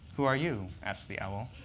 who are you, asked the owl.